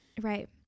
Right